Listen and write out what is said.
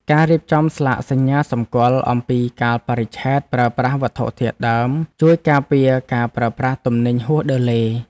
ការរៀបចំស្លាកសញ្ញាសម្គាល់អំពីកាលបរិច្ឆេទប្រើប្រាស់វត្ថុធាតុដើម ជួយការពារការប្រើប្រាស់ទំនិញហួសដឺឡេ។